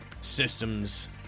systems